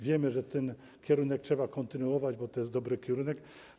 Wiemy, że ten kierunek trzeba kontynuować, bo to jest dobry kierunek.